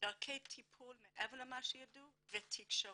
דרכי טיפול מעבר למה שידעו ותקשורת,